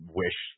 wish –